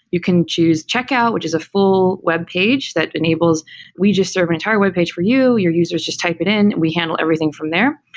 you can choose checkout, which is a full web page that enables we just serve an entire webpage for you, your users just type it in, we handle everything from there.